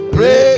Pray